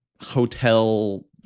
hotel